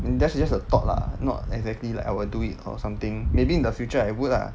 and that's just a thought lah not exactly like I will do it or something maybe in the future I would lah